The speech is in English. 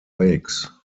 lakes